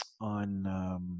on